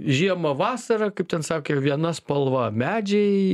žiemą vasarą kaip ten sakė viena spalva medžiai